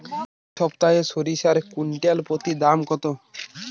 এই সপ্তাহে সরিষার কুইন্টাল প্রতি দাম কত?